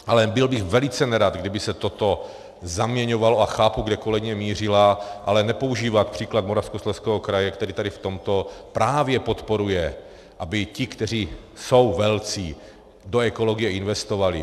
Ale byl bych velice nerad, kdyby se toto zaměňovalo, a chápu, kam kolegyně mířila, ale nepoužívat příklad Moravskoslezského kraje, který v tomto právě podporuje, aby ti, kteří jsou velcí, do ekologie investovali.